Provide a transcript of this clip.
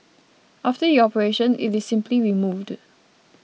after the operation it is simply removed